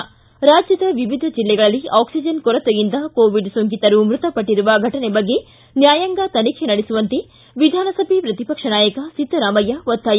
ಿ ರಾಜ್ಲದ ವಿವಿಧ ಜಿಲ್ಲೆಗಳಲ್ಲಿ ಆಕ್ಷಿಜನ್ ಕೊರತೆಯಿಂದ ಕೋವಿಡ್ ಸೋಂಕಿತರು ಮೃತಪಟ್ಟಿರುವ ಘಟನೆ ಬಗ್ಗೆ ನ್ಕಾಯಾಂಗ ತನಿಖೆ ನಡೆಸುವಂತೆ ವಿಧಾನಸಭೆ ಪ್ರತಿಪಕ್ಷ ನಾಯಕ ಸಿದ್ದರಾಮಯ್ಯ ಒತ್ತಾಯ